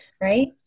right